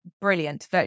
brilliant